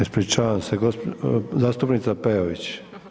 Ispričavam se, zastupnica Peović.